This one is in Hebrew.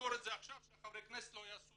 ולסגור את זה עכשיו שחברי הכנסת לא יעשו